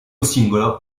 singolo